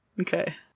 Okay